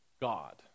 God